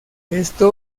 esto